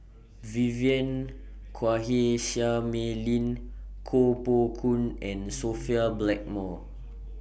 Vivien Quahe Seah Mei Lin Koh Poh Koon and Sophia Blackmore